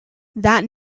that